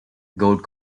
gold